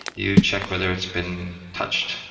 you check whether it's been touched.